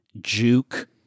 juke